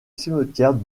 cimetière